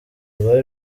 rwari